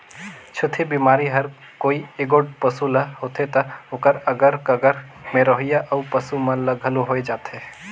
छूतही बेमारी हर कोई एगोट पसू ल होथे त ओखर अगर कगर में रहोइया अउ पसू मन ल घलो होय जाथे